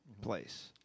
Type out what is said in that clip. place